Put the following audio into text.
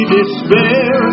despair